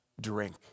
drink